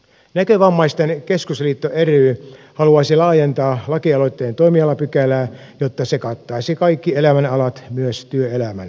näkövammaisten keskusliitto ry haluaisi laajentaa lakialoitteen toimialapykälää jotta se kattaisi kaikki elämänalat myös työelämän